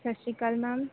ਸਤਿ ਸ਼੍ਰੀ ਅਕਾਲ ਮੈਮ